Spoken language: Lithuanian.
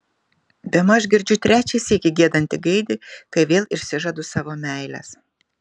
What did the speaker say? bemaž girdžiu trečią sykį giedantį gaidį kai vėl išsižadu savo meilės